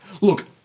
look